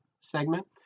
segment